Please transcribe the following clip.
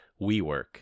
WeWork